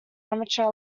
amateur